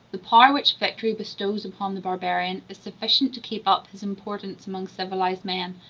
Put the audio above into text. the power which victory bestows upon the barbarian is sufficient to keep up his importance among civilized men,